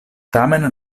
tamen